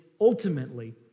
ultimately